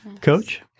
Coach